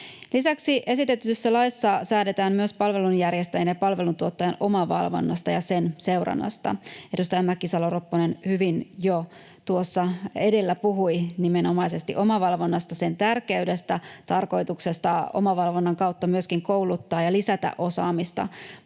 Lisäksi esitetyssä laissa säädetään myös palvelunjärjestäjän ja palveluntuottajan omavalvonnasta ja sen seurannasta. Edustaja Mäkisalo-Ropponen hyvin jo tuossa edellä puhui nimenomaisesti omavalvonnasta, sen tärkeydestä, tarkoituksesta omavalvonnan kautta myöskin kouluttaa ja lisätä osaamista.